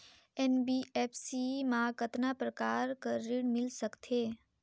NBFC मा कतना प्रकार कर ऋण मिल सकथे?